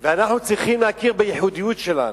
ואנחנו צריכים להכיר בייחודיות שלנו.